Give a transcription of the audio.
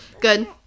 Good